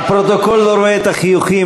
הפרוטוקול לא רואה את החיוכים,